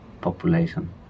population